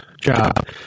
job